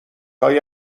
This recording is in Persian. های